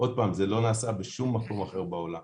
ועוד פעם: זה לא נעשה בשום מקום אחר בעולם.